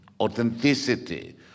authenticity